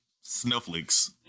snowflakes